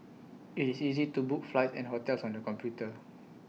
IT is easy to book flights and hotels on the computer